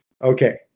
Okay